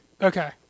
Okay